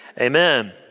Amen